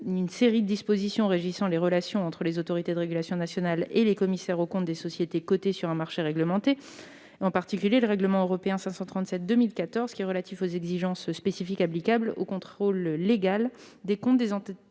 une série de dispositions régissant les relations entre les autorités de régulation nationales et les commissaires aux comptes des sociétés cotées sur un marché réglementé. En particulier, le règlement européen n° 537/2014 relatif aux exigences spécifiques applicables au contrôle légal des comptes des entités